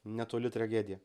netoli tragedija